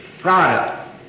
product